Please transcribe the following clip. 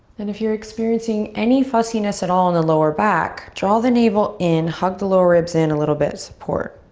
and if you're experiencing any fussiness at all in the lower back, draw the navel in, hug the lower ribs in a little bit to support.